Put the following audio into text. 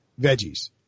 veggies